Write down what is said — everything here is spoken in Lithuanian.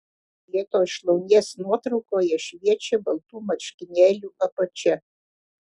vietoj šlaunies nuotraukoje šviečia baltų marškinėlių apačia